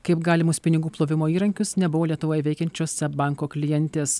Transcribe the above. kaip galimus pinigų plovimo įrankius nebuvo lietuvoje veikiančiuose banko klientės